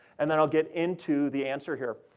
and then i'll get into the answer here.